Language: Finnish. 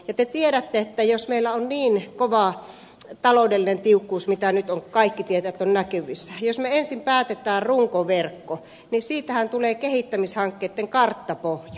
te tiedätte että jos meillä on niin kova taloudellinen tiukkuus minkä kaikki tietävät nyt olevan näkyvissä ja jos me ensin päätämme runkoverkon niin siitähän tulee kehittämishankkeitten karttapohja